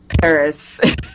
Paris